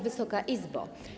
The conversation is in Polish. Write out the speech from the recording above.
Wysoka Izbo!